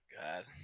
god